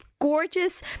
gorgeous